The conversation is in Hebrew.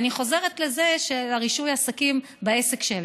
אני חוזרת לרישוי עסקים בעסק שלי.